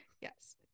Yes